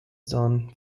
done